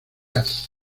jazz